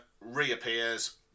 reappears